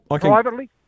Privately